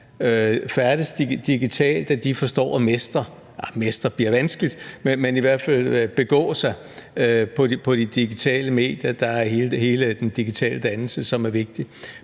færdes digitalt; at de forstår at mestre – mestre bliver vanskeligt, men i hvert fald begå sig på – de digitale medier. Der er der hele den digitale dannelse, som er vigtig.